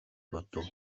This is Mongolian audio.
бодов